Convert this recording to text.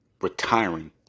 retiring